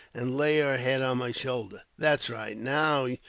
and lay her head on my shoulder. that's right. now,